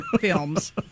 films